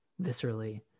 viscerally